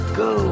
go